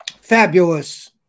Fabulous